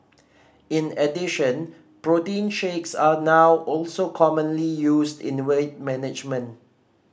in addition protein shakes are now also commonly used in weight management